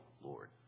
Lord